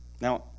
Now